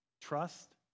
Trust